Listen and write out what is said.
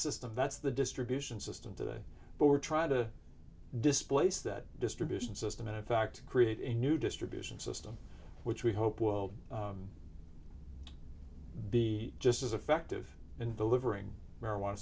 system that's the distribution system today but we're trying to displace that distribution system and in fact create a new distribution system which we hope will be just as effective in delivering marijuana